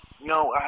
No